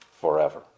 forever